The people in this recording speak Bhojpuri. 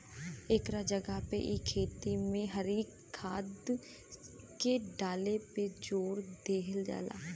एकरा जगह पे इ खेती में हरी खाद के डाले पे जोर देहल जाला